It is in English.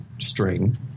string